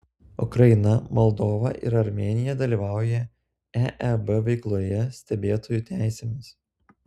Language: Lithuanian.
ukraina moldova ir armėnija dalyvauja eeb veikloje stebėtojų teisėmis